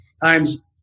times